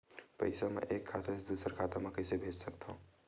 पईसा एक खाता से दुसर खाता मा कइसे कैसे भेज सकथव?